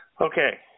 Okay